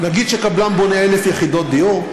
נגיד שקבלן בונה 1,000 יחידות דיור.